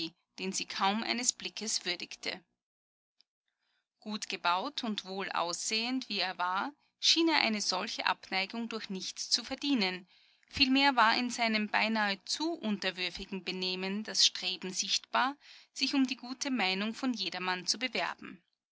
den sie kaum eines blickes würdigte gut gebaut und wohl aussehend wie er war schien er eine solche abneigung durch nichts zu verdienen vielmehr war in seinem beinahe zu unterwürfigen benehmen das streben sichtbar sich um die gute meinung von jedermann zu bewerben